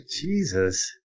Jesus